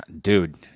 dude